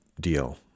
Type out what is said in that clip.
deal